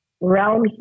realm